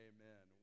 Amen